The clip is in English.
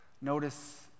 Notice